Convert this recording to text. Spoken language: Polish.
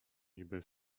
niby